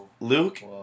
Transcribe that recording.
Luke